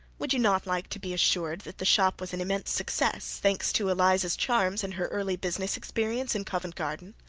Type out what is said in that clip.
would you not like to be assured that the shop was an immense success, thanks to eliza's charms and her early business experience in covent garden?